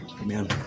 Amen